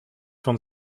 von